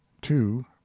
two